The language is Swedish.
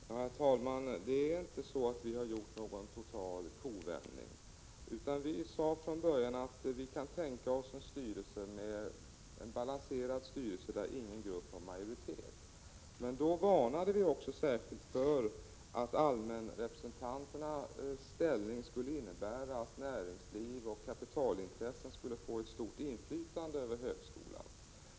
Herr talman! Det är inte så att vi har gjort någon total kovändning. Vi sade från början att vi kan tänka oss en balanserad styrelse där ingen grupp har majoritet. Vi varnade också särskilt för att allmänföreträdarnas ställning skulle innebära att näringsliv och kapitalintressen skulle få ett stort inflytande över högskolan.